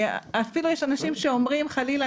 אפילו יש אנשים שאומרים חלילה,